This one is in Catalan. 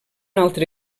altre